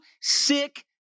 sick